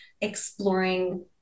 exploring